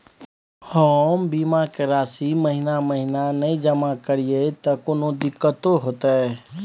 हम बीमा के राशि महीना महीना नय जमा करिए त कोनो दिक्कतों होतय?